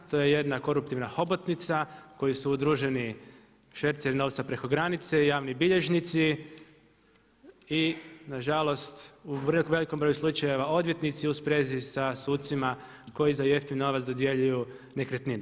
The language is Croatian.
To je jedna koruptivna hobotnica koju su udruženi šverceri novca preko granice, javni bilježnici i nažalost u velikom broju slučajeva odvjetnici u sprezi sa sucima koji za jeftin novac dodjeljuju nekretnine.